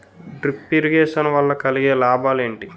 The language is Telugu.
డ్రిప్ ఇరిగేషన్ వల్ల కలిగే లాభాలు ఏంటి?